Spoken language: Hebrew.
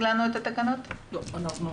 והבריאות,